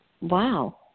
Wow